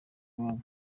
iwabo